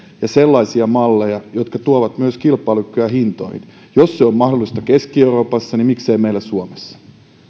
ja sellaisia malleja jotka tuovat myös kilpailukykyä hintoihin jos se on mahdollista keski euroopassa niin miksei meillä suomessa